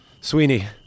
Sweeney